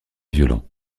violents